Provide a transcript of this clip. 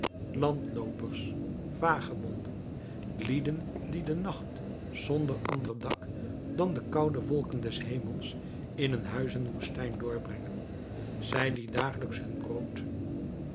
landloopers vagebonden lieden die den nacht zonder ander dak dan de koude wolken des hemels in een huizenwoestijn doorbrengen zij die dagelijks hun brood